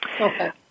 Okay